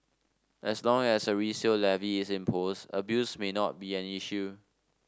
as long as a resale levy is imposed abuse may not be an issue